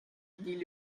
dit